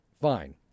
fine